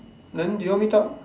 then did you all meet up